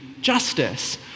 justice